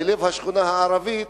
בלב השכונה הערבית,